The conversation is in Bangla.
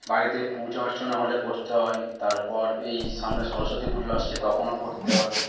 বাড়িতে পূজা অর্চনা হলে করতে হয় তারপর এই সামনে সরস্বতী পুজো আসছে তখনও করতে হবে